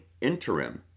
Interim